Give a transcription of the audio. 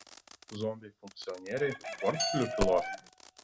zombiai funkcionieriai portfelių pilotai